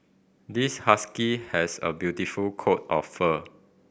this husky has a beautiful coat of fur